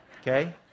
Okay